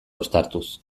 uztartuz